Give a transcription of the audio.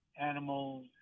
animals